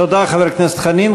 תודה, חבר הכנסת חנין.